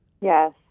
Yes